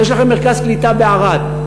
יש לכם מרכז קליטה בערד,